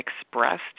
expressed